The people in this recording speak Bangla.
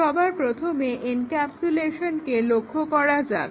সবার প্রথমে এনক্যাপসুলেশনকে লক্ষ্য করা যাক